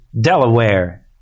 Delaware